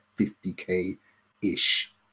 50K-ish